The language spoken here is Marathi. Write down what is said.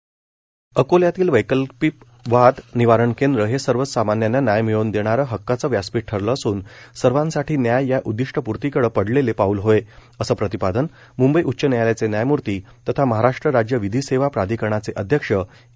वाद निवारण केंद्र अकोल्यातील वैकल्पिक वाद निवारण केंद्र हे सामान्यांना न्याय मिळवून देणारे हक्काचे व्यासपीठ ठरले असून सर्वांसाठी न्याय या उद्दिष्टपूर्तीकडे पडलेले पाऊल होय असे प्रतिपादन मुंबई उच्च न्यायालयाचे न्यायमूर्ती तथा महाराष्ट्र राज्य विधी सेवा प्राधिकरणाचे अध्यक्ष ए